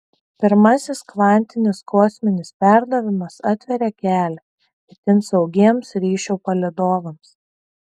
pirmasis kvantinis kosminis perdavimas atveria kelią itin saugiems ryšių palydovams